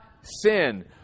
sin